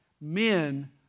Men